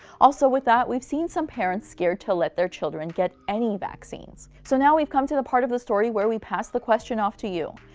also with that, we've seen some parents scared to let their children get any vaccines. so now we've come to the part of the story where we pass the question off to you.